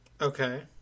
Okay